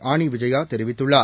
ஆனிவிஜயாதெரிவித்துள்ளார்